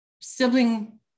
sibling